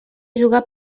jugar